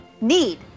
need